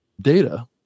data